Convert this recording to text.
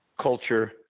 culture